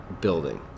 building